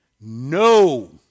No